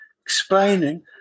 explaining